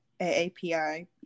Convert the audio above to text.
AAPI